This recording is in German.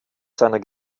seiner